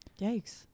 Yikes